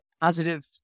positive